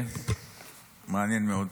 מעניין מאוד.